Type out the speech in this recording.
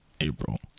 April